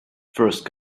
first